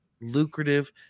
lucrative